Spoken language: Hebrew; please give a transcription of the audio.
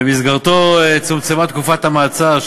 ובמסגרתו צומצמה תקופת המעצר,